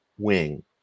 wing